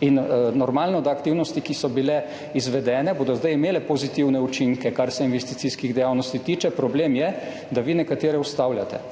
Normalno, da bodo aktivnosti, ki so bile izvedene, zdaj imele pozitivne učinke, kar se investicijskih dejavnosti tiče, problem je, da vi nekatere ustavljate.